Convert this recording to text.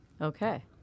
Okay